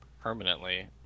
permanently